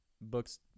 books